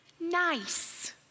nice